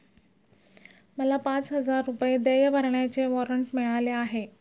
मला पाच हजार रुपये देय भरण्याचे वॉरंट मिळाले आहे